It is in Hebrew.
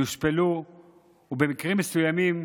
יושפלו ובמקרים מסוימים,